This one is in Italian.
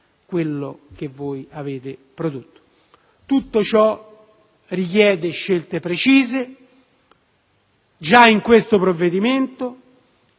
quello che voi avete prodotto. Tutto ciò richiede scelte precise già in questo provvedimento